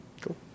Cool